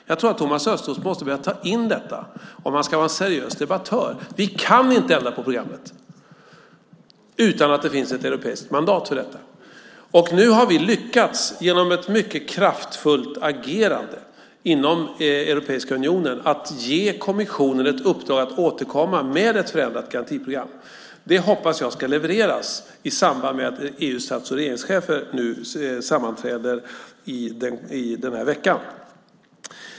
Jag tror att Thomas Östros måste börja ta in detta om han ska vara en seriös debattör. Vi kan inte ändra på programmet utan att det finns ett europeiskt mandat för detta. Nu har vi genom ett mycket kraftfullt agerande inom Europeiska unionen lyckats ge kommissionen ett uppdrag att återkomma med ett förändrat garantiprogram. Det hoppas jag ska levereras i samband med att EU:s stats och regeringschefer sammanträder nu i veckan.